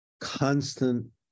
constant